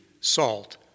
salt